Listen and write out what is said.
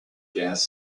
gas